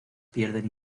pierden